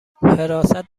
حراست